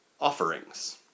offerings